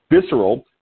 visceral